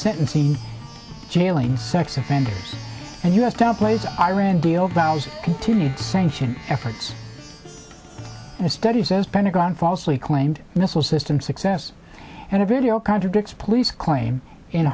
sentencing jailing sex offender and us downplays iran deal bows continued sanction efforts and studies as pentagon falsely claimed missile system success and a video contradicts police claim in